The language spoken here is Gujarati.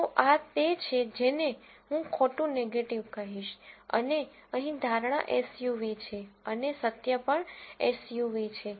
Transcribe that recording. તો આ તે છે જેને હું ખોટું નેગેટીવ કહીશ અને અહીં ધારણા એસયુવી છે અને સત્ય પણ એસયુવી છે